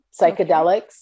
psychedelics